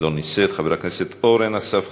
לא נמצאת, חבר הכנסת אורן אסף חזן,